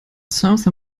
south